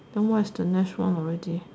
then what is the next one already